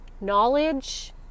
knowledge